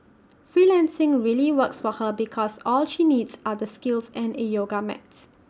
freelancing really works for her because all she needs are the skills and A yoga mats